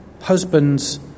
Husbands